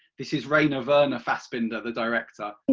this is reiner verner fassbender, the director.